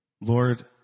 Lord